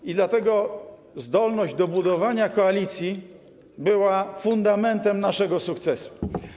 I dlatego zdolność do budowania koalicji była fundamentem naszego sukcesu.